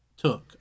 took